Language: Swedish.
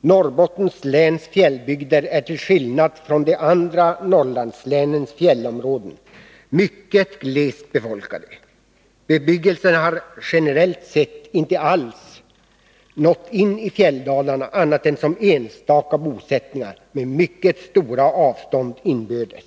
”Norrbottens läns fjällbygder är till skillnad från de andra norrlandslänens fjällområden mycket glest befolkade. Bebyggelsen har generellt sett inte alls nått in i fjälldalarna annat än som enstaka bosättningar med mycket stora avstånd inbördes.